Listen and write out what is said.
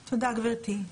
תודה, גברתי.